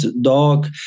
dog